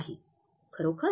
नाही खरोखर